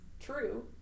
true